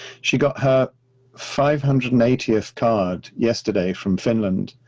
she got her five hundred and eightieth card yesterday from finland,